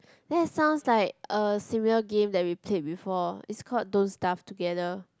that sounds like a similar game that we played before is called don't starve together